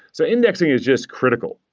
so indexing is just critical.